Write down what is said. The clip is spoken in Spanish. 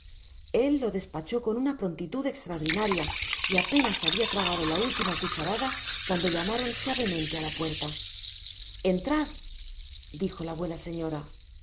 él lo despachó con una prontitud extraordinaria y apenas habia tragado la última cucharada cuando llamaron suavemente á ta puerta entrad dijo la buena señora